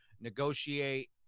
negotiate